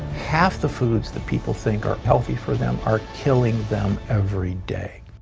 half the foods that people think are healthy for them are killing them every day.